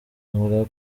avuga